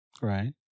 right